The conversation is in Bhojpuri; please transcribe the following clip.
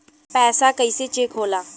पैसा कइसे चेक होला?